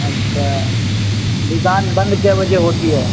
اچھا دکان بند کئے بجے ہوتی ہے